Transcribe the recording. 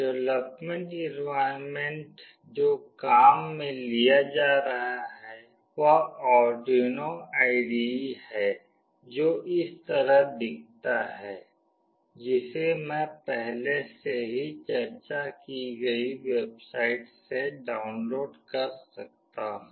development environment जो काम में लिया जा रहा है वह आर्डुइनो आईडीई है जो इस तरह दिखता है जिसे मैं पहले से ही चर्चा की गई वेबसाइट से डाउनलोड कर सकती हूं